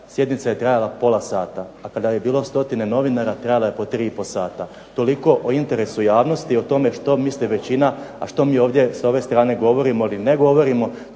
sjednica je trajala pola sata, a kada je bilo stotine novinara trajala je po tri i pol sata. Toliko o interesu javnosti o tome što misli većina. A što mi ovdje s ove strane govorimo ili ne govorimo